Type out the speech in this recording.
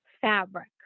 fabric